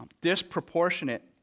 disproportionate